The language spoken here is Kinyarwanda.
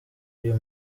uyu